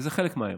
וזה חלק מהאירוע.